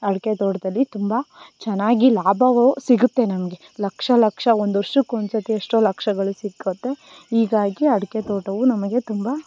ಅಡಿಕೆ ತೋಟದಲ್ಲಿ ತುಂಬ ಚೆನ್ನಾಗಿ ಲಾಭವೋ ಸಿಗುತ್ತೆ ನಮಗೆ ಲಕ್ಷ ಲಕ್ಷ ಒಂದು ವರ್ಷಕ್ಕೆ ಒಂದು ಸತಿ ಎಷ್ಟೋ ಲಕ್ಷಗಳು ಸಿಕ್ಕುತ್ತೆ ಈಗಾಗಿ ಅಡ್ಕೆ ತೋಟವು ನಮಗೆ ತುಂಬ